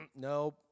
no